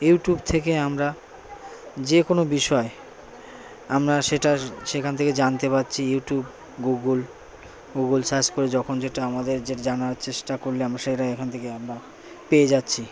YouTube থেকে আমরা যে কোনো বিষয় আমরা সেটা সেখান থেকে জানতে পারছি ইউটিউব গুগুল গুগুল সার্চ করে যখন যেটা আমদের যেটা জানার চেষ্টা করলে আমরা সেটাই এখান থেকে আমরা পেয়ে যাচ্ছি